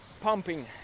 pumping